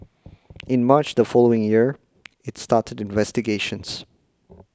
in March the following year it started investigations